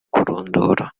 kurondora